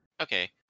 Okay